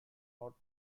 not